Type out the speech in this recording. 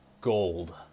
gold